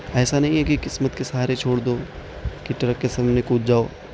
ایسا نہیں ہے کہ قسمت کے سہارے چھوڑ دو کہ ٹرک کے سامنے کود جاؤ